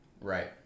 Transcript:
Right